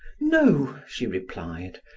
no, she replied,